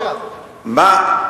מה,